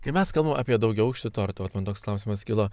kai mes kalbam apie daugiaaukštį tortą vat man toks klausimas kilo